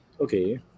Okay